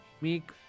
make